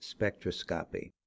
spectroscopy